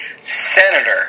Senator